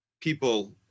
people